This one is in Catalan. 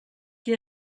qui